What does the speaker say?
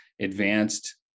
advanced